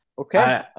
Okay